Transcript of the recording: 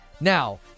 Now